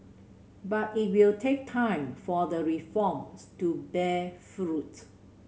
but it will take time for the reforms to bear fruit